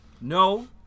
No